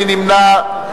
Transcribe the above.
מי נמנע?